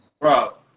Bro